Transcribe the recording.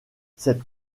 cette